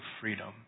freedom